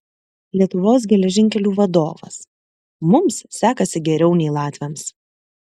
lietuvos geležinkelių vadovas mums sekasi geriau nei latviams